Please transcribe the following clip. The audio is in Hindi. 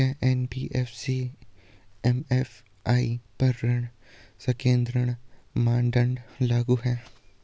क्या एन.बी.एफ.सी एम.एफ.आई पर ऋण संकेन्द्रण मानदंड लागू हैं?